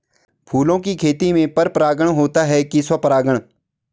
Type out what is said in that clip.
फूलों की खेती में पर परागण होता है कि स्वपरागण?